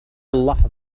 اللحظة